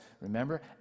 remember